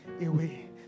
away